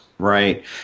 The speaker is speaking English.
Right